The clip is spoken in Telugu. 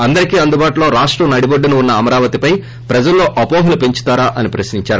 అందరికీ అందుబాటులో రాష్టం నడిబొడ్డున ఉన్న అమరావతిపై ప్రజల్లో అవోహలు పెంచుతారా అని ప్రశ్నించారు